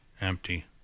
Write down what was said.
empty